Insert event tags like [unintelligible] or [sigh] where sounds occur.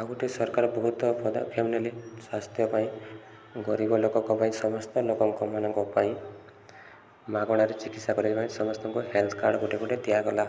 ଆଉ ଗୋଟେ ସରକାର ବହୁତ [unintelligible] ସ୍ୱାସ୍ଥ୍ୟ ପାଇଁ ଗରିବ ଲୋକଙ୍କ ପାଇଁ ସମସ୍ତ ଲୋକଙ୍କମାନଙ୍କ ପାଇଁ ମାଗଣାରେ ଚିକିତ୍ସା କରିବା ପାଇଁ ସମସ୍ତଙ୍କୁ ହେଲ୍ଥ କାର୍ଡ଼ ଗୋଟେ ଗୋଟେ ଦିଆଗଲା